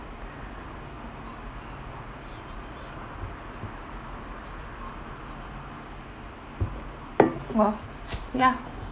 oh ya